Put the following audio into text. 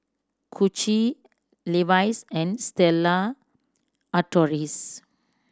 Gucci Levi's and Stella Artois